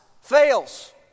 fails